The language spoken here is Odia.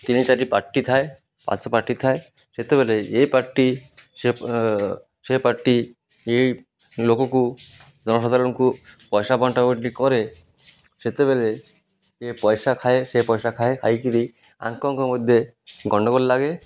ତିନି ଚାରି ପାର୍ଟି ଥାଏ ପାଞ୍ଚ ପାର୍ଟି ଥାଏ ସେତେବେଳେ ଏ ପାର୍ଟି ସେ ସେ ପାର୍ଟି ଏଇ ଲୋକକୁ ଜନସାଧାରଣଙ୍କୁ ପଇସା ବଣ୍ଟା ବଣ୍ଟି କରେ ସେତେବେଳେ ଏ ପଇସା ଖାଏ ସେ ପଇସା ଖାଏ ଖାଇକିରି ଆଙ୍କ ଙ୍କ ମଧ୍ୟ ଗଣ୍ଡଗୋଳ ଲାଗେ